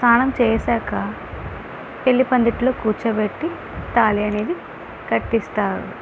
స్నానం చేశాక పెళ్ళి పందిట్లో కూర్చోబెట్టి తాళి అనేది కటిస్తారు